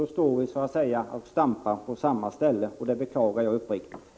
Då står vi så att säga och stampar på samma ställe, och det beklagar jag uppriktigt.